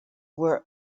were